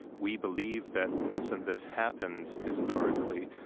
we believe that this and this happened historically,